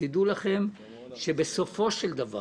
תדעו לכם שבסופו של דבר